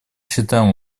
считаем